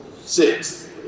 Six